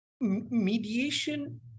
Mediation